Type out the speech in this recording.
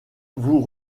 vous